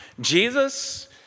Jesus